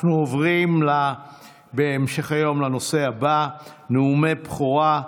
אנחנו עוברים בהמשך היום לנושא הבא, נאומי בכורה.